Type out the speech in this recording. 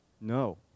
No